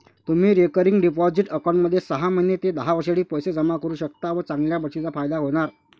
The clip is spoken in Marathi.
तुम्ही रिकरिंग डिपॉझिट अकाउंटमध्ये सहा महिने ते दहा वर्षांसाठी पैसे जमा करू शकता व चांगल्या बचतीचा फायदा होणार